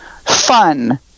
fun